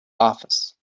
office